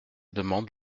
demande